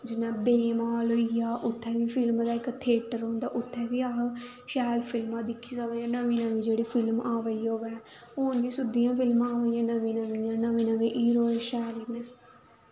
जियां वेवमाल होई गेआ उत्थें बी फिल्म दा इक थियेटर होंदा उत्थें बी अस शैल फिल्मां दिक्खी सकनें नमीं नमीं जेह्ड़ी फिल्म अवा दी होऐ होर बी सुद्दियां फिल्मां औंदियां नमियां नमियां नमीं नमीं हीरो बी शैल